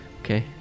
Okay